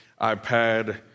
iPad